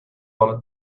oled